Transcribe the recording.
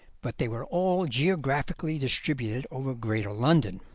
but they were all geographically distributed over greater london.